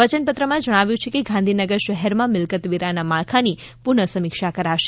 વચનપત્રમાં જણાવ્યું છે કે ગાંધીનગર શહેરમાં મિલકતવેરાના માળખાની પુનઃ સમીક્ષા કરાશે